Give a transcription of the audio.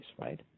right